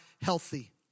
healthy